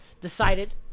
decided